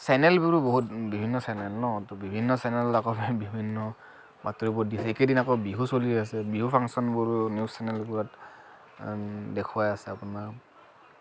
চেনেলবোৰো বহুত বিভিন্ন চেনেল ন ত' বিভিন্ন চেনেলত আকৌ বিভিন্ন বাতৰিবোৰ দি থাকে এইকেইদিন আকৌ বিহু চলি আছে বিহু ফাংচনবোৰো নিউজ চেনেলবোৰত দেখুৱাই আছে আপোনাৰ